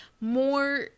more